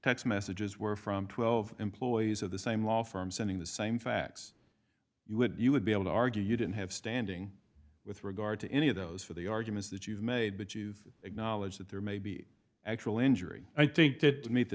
text messages were from twelve employees of the same law firm sending the same facts you would you would be able to argue you didn't have standing with regard to any of those for the arguments that you've made but you've acknowledged that there may be actual injury i think to meet the